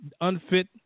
unfit